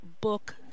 book